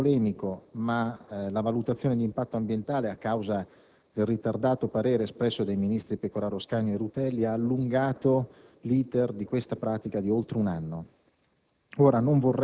non voglio essere polemico, ma la valutazione d'impatto ambientale, a causa del ritardato parere espresso dai ministri Pecoraro Scanio e Rutelli, ha allungato l'*iter* di questa pratica di oltre un anno.